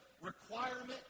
requirement